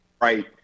right